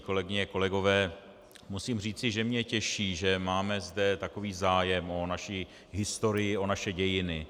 Kolegyně, kolegové, musím říci, že mě těší, že zde máme takový zájem o naši historii, o naše dějiny.